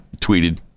tweeted